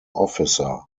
officer